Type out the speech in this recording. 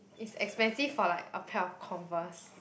is expensive for like a pair of Converse